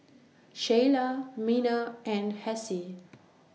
Sheilah Miner and Hassie